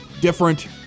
different